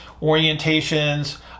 orientations